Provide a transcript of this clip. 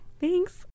Thanks